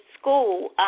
school